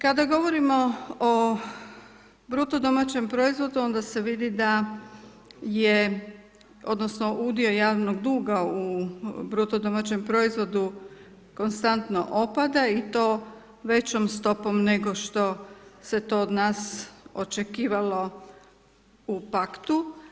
Kada govorimo o bruto domaćem proizvodu onda se vidi da je odnosno udio javnog duga u bruto domaćem proizvodu konstantno opada i to većom stopom nego što se to od nas očekivalo u paktu.